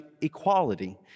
equality